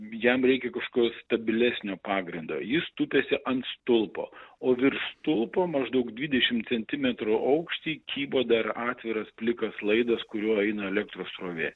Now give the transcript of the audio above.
jam reikia kažkokio stabilesnio pagrindo jis tupiasi ant stulpo o virš stulpo maždaug dvidešim centimetrų aukšty kybo dar atviras plikas laidas kuriuo eina elektros srovė